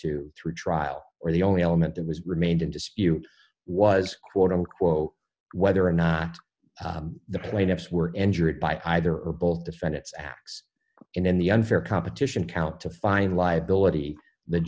to through trial or the only element that was remained in dispute was quote unquote whether or not the plaintiffs were injured by either or both defendants acts in the unfair competition count to find liability the